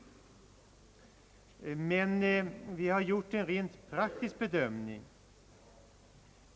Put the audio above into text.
Men vi har gjort en rent praktisk bedömning.